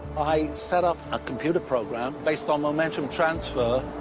i set up a computer program, based on momentum transfer,